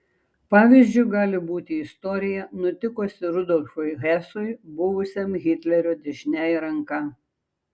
pavyzdžiu gali būti istorija nutikusi rudolfui hesui buvusiam hitlerio dešiniąja ranka